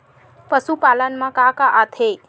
पशुपालन मा का का आथे?